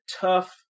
tough